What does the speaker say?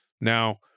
Now